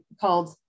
called